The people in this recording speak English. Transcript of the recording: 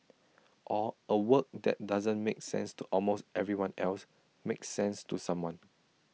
or A work that doesn't make sense to almost everyone else makes sense to someone